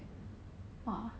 !huh!